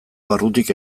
barrutik